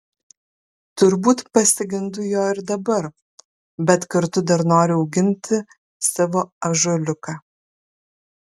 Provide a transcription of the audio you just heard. turbūt pasigendu jo ir dabar bet kartu dar noriu auginti savo ąžuoliuką